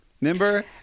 Remember